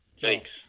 Thanks